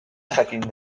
jakinda